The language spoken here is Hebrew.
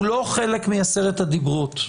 הוא לא חלק מעשרת הדיברות.